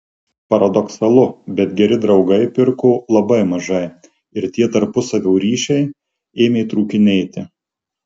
paradoksalu bet geri draugai pirko labai mažai ir tie tarpusavio ryšiai ėmė trūkinėti